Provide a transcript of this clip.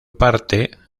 parte